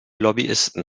lobbyisten